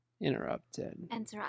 Interrupted